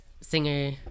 singer